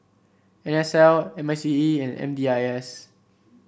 N S L M I C E and M D I S